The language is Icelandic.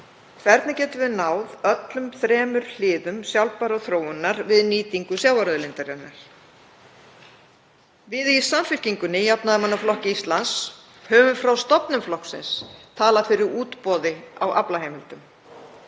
Hvernig getum við náð öllum þremur hliðum sjálfbærrar þróunar við nýtingu sjávarauðlindarinnar? Við í Samfylkingunni – Jafnaðarmannaflokki Íslands höfum frá stofnun flokksins talað fyrir útboði á aflaheimildum.